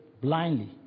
blindly